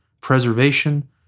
preservation